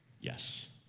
Yes